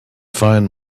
find